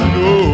no